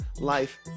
life